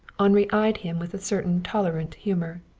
henri eyed him with a certain tolerant humor.